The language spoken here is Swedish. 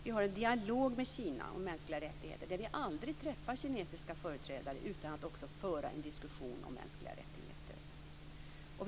Vi har en dialog med Kina om mänskliga rättigheter, och vi träffar aldrig kinesiska företrädare utan att föra en diskussion om mänskliga rättigheter.